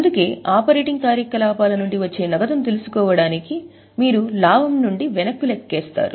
అందుకే ఆపరేటింగ్ కార్యకలాపాల నుండి వచ్చే నగదును తెలుసుకోవడానికి మీరు లాభం నుండి వెనక్కు లెక్కిస్తారు